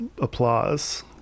applause